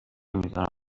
نمیزارم